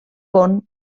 con